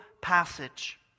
passage